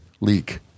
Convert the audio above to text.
leak